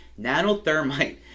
nanothermite